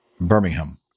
Birmingham